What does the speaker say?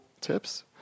tips